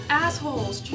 assholes